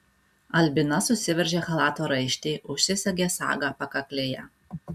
albina susiveržė chalato raištį užsisegė sagą pakaklėje